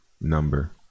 Number